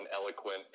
eloquent